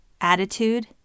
attitude